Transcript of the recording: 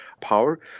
power